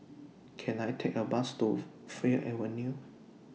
Can I Take A Bus to Fir Avenue